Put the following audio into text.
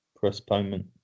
postponement